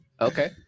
Okay